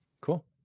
cool